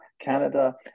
canada